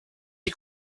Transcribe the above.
est